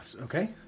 Okay